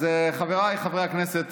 אז חבריי חברי הכנסת,